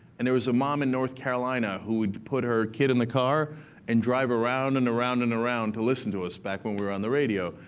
and there was a mom in north carolina who would put her kid in the car and drive around, and around, and around to listen to us back when we were on the radio.